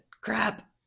crap